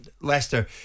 Leicester